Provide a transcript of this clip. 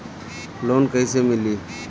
Loan कइसे मिली?